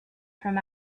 from